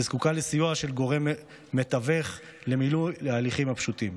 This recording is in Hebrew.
וזקוקה לסיוע של גורם מתווך למילוי הליכים פשוטים.